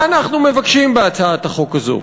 מה אנחנו מבקשים בהצעת החוק הזאת?